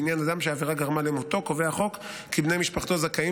לעניין אדם שהעבירה גרמה למותו קובע החוק כי בני משפחתו זכאים